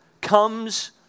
comes